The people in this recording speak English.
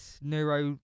neuro